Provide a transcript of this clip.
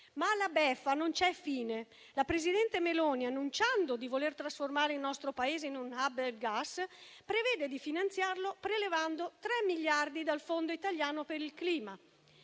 Ma alla beffa non c'è fine. La presidente Meloni, annunciando di voler trasformare il nostro Paese in un *hub* del gas, prevede di finanziarlo prelevando 3 miliardi dal Fondo italiano per il clima.